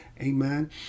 Amen